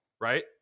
right